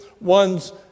one's